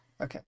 Okay